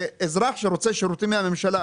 אזרח שרוצה שירותים מהממשלה,